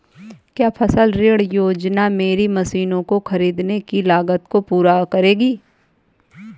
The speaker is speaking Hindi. क्या फसल ऋण योजना मेरी मशीनों को ख़रीदने की लागत को पूरा करेगी?